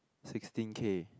sixteen K